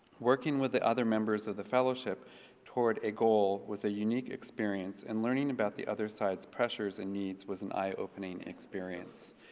working with the other members of the fellowship toward a goal was a unique experience and learning about the other side's pressures and needs was an eye opening experience.